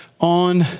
on